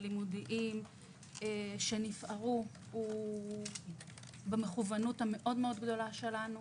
הלימודיים שנפערו על ידי מכוונות מאוד גדולה שלנו.